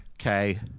Okay